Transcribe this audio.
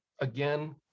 again